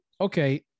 okay